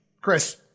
Chris